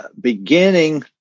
beginning